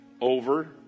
over